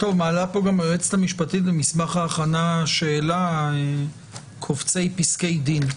מעלה פה היועצת המשפטית במסמך ההכנה שאלה על קובצי פסקי דין.